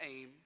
aim